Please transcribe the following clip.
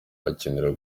akenera